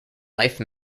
life